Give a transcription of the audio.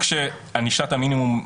העניין,